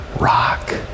rock